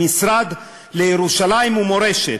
המשרד לירושלים ומורשת.